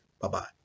Bye-bye